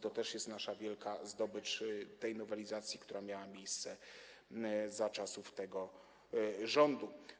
To też jest nasza wielka zdobycz, tej nowelizacji, która miała miejsce za czasów tego rządu.